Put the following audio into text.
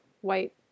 white